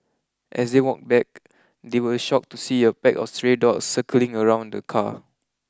as they walked back they were shocked to see a pack of stray dogs circling around the car